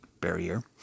barrier